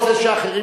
אין שום דבר אחר,